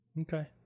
okay